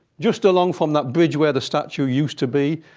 just along from that bridge where the statue used to be.